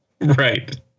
Right